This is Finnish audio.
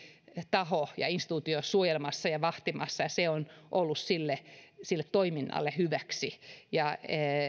taho ja instituutio suojelemassa ja vahtimassa ja se on ollut sille sille toiminnalle hyväksi